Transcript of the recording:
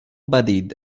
bodied